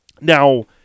Now